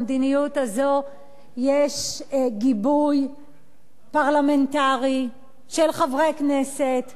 למדיניות הזאת יש גיבוי פרלמנטרי של חברי כנסת,